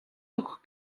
өгөх